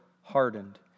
hardened